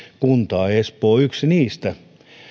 kuntaa ja espoo on yksi niistä